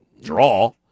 draw